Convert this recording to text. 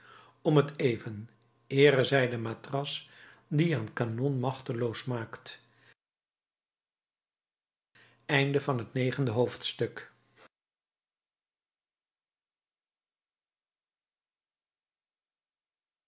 om t even eere zij de matras die een kanon machteloos maakt tiende hoofdstuk